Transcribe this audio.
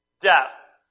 death